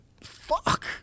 fuck